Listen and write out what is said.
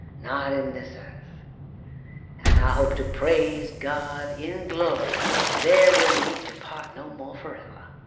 not in this earth and i hope to praise god in glory there weel meet to part no more forever.